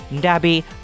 dabby